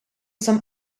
some